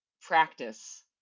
practice